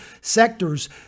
sectors